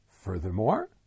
Furthermore